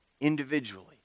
individually